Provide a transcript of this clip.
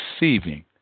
receiving